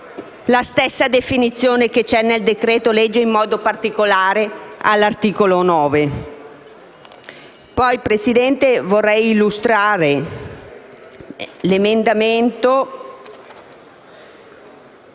la stessa definizione contenuta nel decreto‑legge, in modo particolare all'articolo 9. Signor Presidente, vorrei altresì illustrare l'emendamento